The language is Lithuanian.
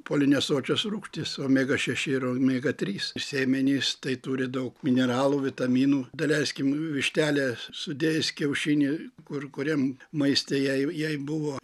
polinesočias rūgštis omega šeši ir omega trys sėmenys tai turi daug mineralų vitaminų daleiskim vištelė sudėjus kiaušinį kur kuriam maiste jei jei buvo